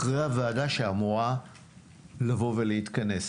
אחרי הוועדה שאמורה לבוא ולהתכנס.